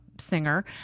singer